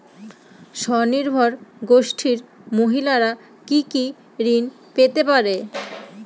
স্বনির্ভর গোষ্ঠীর মহিলারা কি কি ঋণ পেতে পারে?